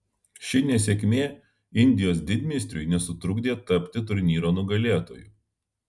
ši nesėkmė indijos didmeistriui nesutrukdė tapti turnyro nugalėtoju